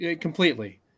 completely